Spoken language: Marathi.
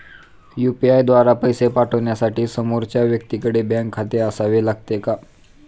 यु.पी.आय द्वारा पैसे पाठवण्यासाठी समोरच्या व्यक्तीकडे बँक खाते असावे लागते का?